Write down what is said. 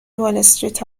والاستریت